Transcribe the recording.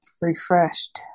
Refreshed